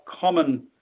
common